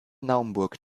naumburg